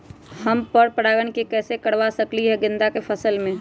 हम पर पारगन कैसे करवा सकली ह गेंदा के फसल में?